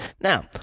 Now